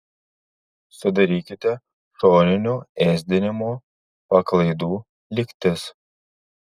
sudarykite šoninio ėsdinimo paklaidų lygtis